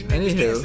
Anywho